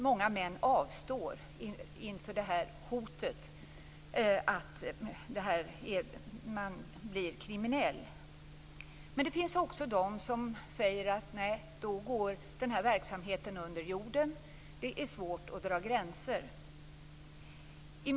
Många män avstå inför hotet att bli kriminella. Men det finns också de som säger att verksamheten går under jorden om den kriminaliseras. Det är svårt att dra gränser.